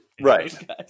Right